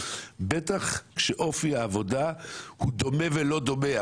בטח כשאופי העבודה הוא דומה ולא דומה,